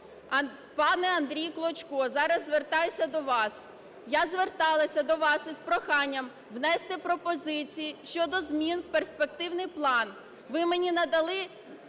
Пане Андрій Клочко, зараз звертаюся до вас. Я зверталася до вас із проханням внести пропозиції щодо змін у перспективний план. Ви мені надали